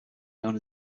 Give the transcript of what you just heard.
known